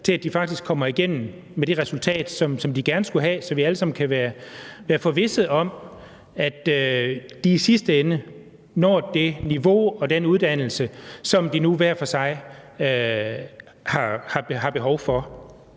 til, at de faktisk kommer igennem med det resultat, som de gerne skulle have, så vi alle sammen kan være forvisset om, at de i sidste ende når det niveau og den uddannelse, som de nu hver for sig har behov for.